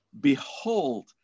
Behold